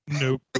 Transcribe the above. Nope